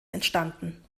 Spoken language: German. entstanden